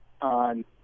on